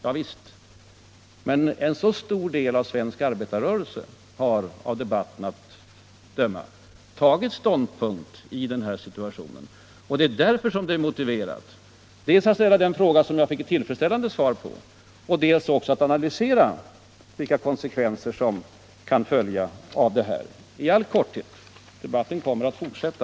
Ja visst — men en stor del av svensk arbetarrörelse har, av debatten att döma, tagit ståndpunkt i den här situationen, och det är därför som det är motiverat dels att ställa den fråga som jag fick ett tillfredsställande svar på, dels att analysera vilka konsekvenser som kan följa av det här, i all korthet. Debatten kommer att fortsätta.